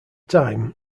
time